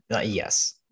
Yes